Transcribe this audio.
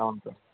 అవును సార్